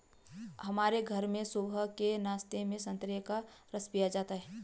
हमारे घर में सुबह के नाश्ते में संतरे का रस पिया जाता है